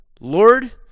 Lord